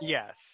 Yes